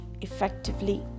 effectively